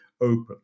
open